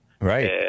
Right